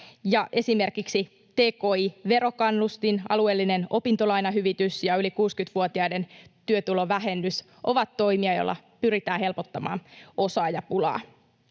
esimerkiksi tki-verokannustin, alueellinen opintolainahyvitys ja yli 60‑vuotiaiden työtulovähennys ovat toimia, joilla pyritään helpottamaan osaajapulaa.